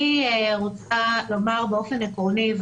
אני רוצה לומר באופן עקרוני,